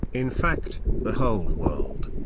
in fact, the whole world.